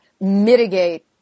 mitigate